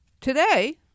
Today